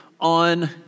on